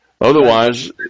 Otherwise